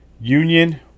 Union